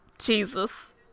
jesus